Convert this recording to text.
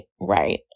right